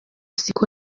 siko